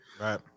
Right